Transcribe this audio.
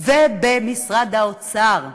ובמשרד האוצר.